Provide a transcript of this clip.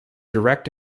direct